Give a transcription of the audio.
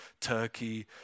Turkey